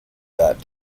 that